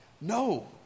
No